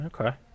Okay